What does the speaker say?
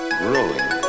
growing